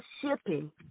shipping